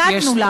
והתנגדנו לה.